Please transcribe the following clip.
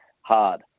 hard